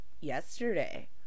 yesterday